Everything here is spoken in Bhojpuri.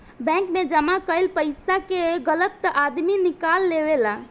बैंक मे जमा कईल पइसा के गलत आदमी निकाल लेवेला